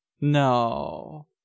no